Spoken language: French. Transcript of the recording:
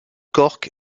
cork